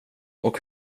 och